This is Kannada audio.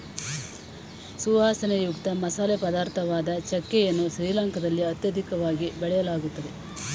ಸುವಾಸನೆಯುಕ್ತ ಮಸಾಲೆ ಪದಾರ್ಥವಾದ ಚಕ್ಕೆ ಯನ್ನು ಶ್ರೀಲಂಕಾದಲ್ಲಿ ಅತ್ಯಧಿಕವಾಗಿ ಬೆಳೆಯಲಾಗ್ತದೆ